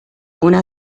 una